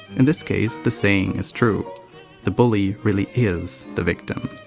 in this case, the saying is true the bully really is the victim.